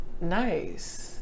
nice